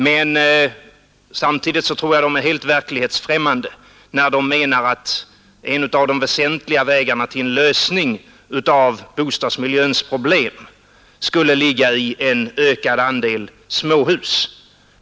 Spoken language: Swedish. Men samtidigt tror jag att de är helt verklighetsfrämmande när de menar att en av de väsentliga vägarna till en lösning av bostadsmiljöns problem skulle ligga i en ökad andel småhus.